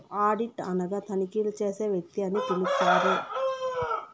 audit అనగా తనిఖీలు చేసే వ్యక్తి అని పిలుత్తారు